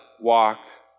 walked